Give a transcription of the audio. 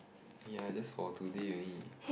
ya that's for today only